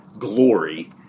glory